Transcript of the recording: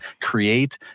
create